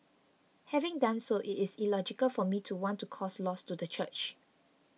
having done so it is illogical for me to want to cause loss to the church